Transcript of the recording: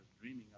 dreaming